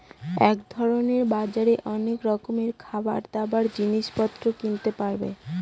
এক ধরনের বাজারে অনেক রকমের খাবার, দাবার, জিনিস পত্র কিনতে পারে